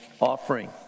offering